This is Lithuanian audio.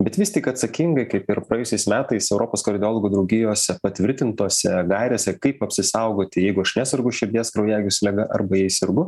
bet vis tik atsakingai kaip ir praėjusiais metais europos kardiologų draugijose patvirtintose gairėse kaip apsisaugoti jeigu aš nesergu širdies kraujagyslių liga arba jei sergu